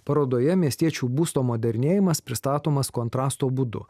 parodoje miestiečių būsto modernėjimas pristatomas kontrasto būdu